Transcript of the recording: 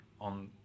on